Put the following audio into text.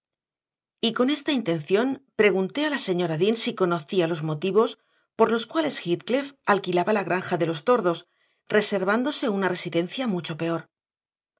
con esta intención pregunté a la señora dean si conocía los motivos por los cuales heathcliff alquilaba la granja de los tordos reservándose una residencia mucho peor